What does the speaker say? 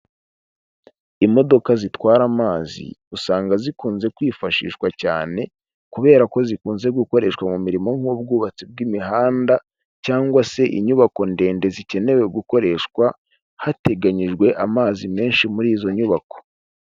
Imodoka zitwara amazi usanga zikunze kwifashishwa cyane kubera ko zikunze gukoreshwa mu mirimo nk'ubwubatsi bw'imihanda cyangwa se inyubako ndende, zikenewe gukoreshwa hateganyijwe amazi menshi muri izo nyubako.